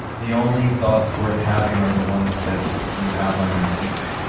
the only thoughts worth having are the ones that you have on your feet.